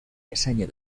diseño